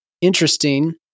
interesting